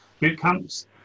Bootcamps